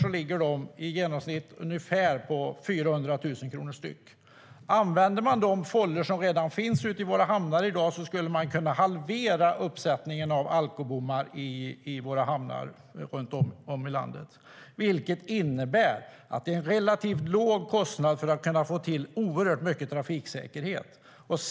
De ligger på i genomsnitt 400 000 kronor per styck. Om man använder de fållor som redan finns i våra hamnar kan man halvera uppsättningen av alkobommar i hamnarna runt om i landet. Det innebär att kostnaden för att få fram oerhört mycket trafiksäkerhet blir relativt låg.